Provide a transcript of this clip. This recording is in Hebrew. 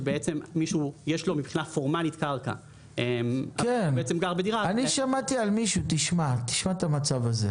כשיש למישהו קרקע --- אני שמעתי על מקרה כזה: